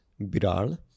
Biral